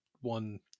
one